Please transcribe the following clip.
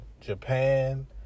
Japan